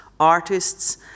artists